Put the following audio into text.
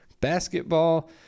basketball